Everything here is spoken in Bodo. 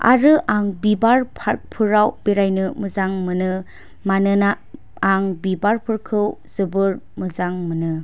आरो आं बिबार पार्क फोराव बेरायनो मोजां मोनो मानोना आं बिबारफोरखौ जोबोर मोजां मोनो